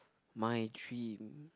my dream